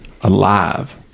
alive